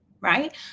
right